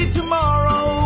tomorrow